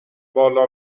بالا